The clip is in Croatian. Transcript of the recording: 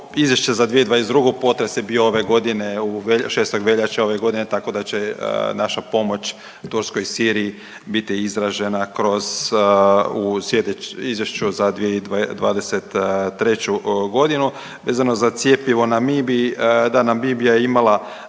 izvješće za '22., a potres je bio ove godine u, 6. veljače ove godine tako da će naša pomoć Turskoj i Siriji biti izražena kroz u slije… izvješću za '23. godinu. Vezano za cjepivo Namibiji, da Namibija je imala